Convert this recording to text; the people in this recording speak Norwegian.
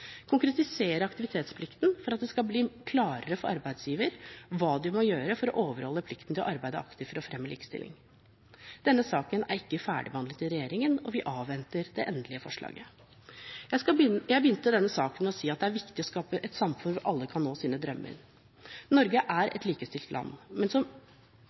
konkretisere aktivitetsplikten, for at det skal bli klarere for arbeidsgivere hva de må gjøre for å overholde plikten til å arbeide aktivt for å fremme likestilling Denne saken er ikke ferdigbehandlet i regjeringen, og vi avventer det endelige forslaget. Jeg begynte dette innlegget med å si at det er viktig å skape et samfunn hvor alle kan nå sine drømmer. Norge er et likestilt land, men som